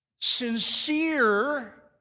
Sincere